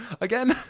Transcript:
again